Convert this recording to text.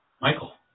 Michael